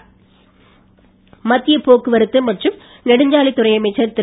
கட்காரி மத்திய போக்குவரத்து மற்றம் நெடுஞ்சாலைத்துறை அமைச்சர் திரு